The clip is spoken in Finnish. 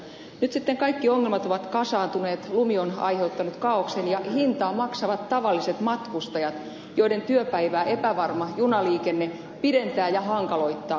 nyt sitten kaikki ongelmat ovat kasaantuneet lumi on aiheuttanut kaaoksen ja hintaa maksavat tavalliset matkustajat joiden työpäivää epävarma junaliikenne pidentää ja hankaloittaa